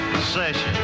Session